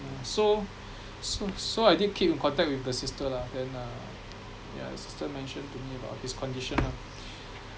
so so so I did keep in contact with the sister lah then uh yeah the sister mention to me about his condition lah